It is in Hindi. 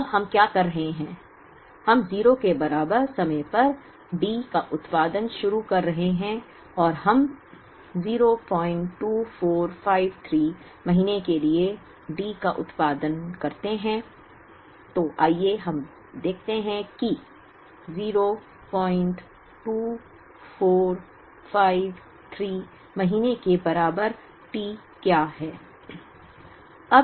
अब हम क्या कर रहे हैं हम 0 के बराबर समय पर D का उत्पादन शुरू कर रहे हैं और हम 02453 महीने के लिए D का उत्पादन करते हैं तो आइए हम देखते हैं कि 02453 महीनों के बराबर t क्या हैं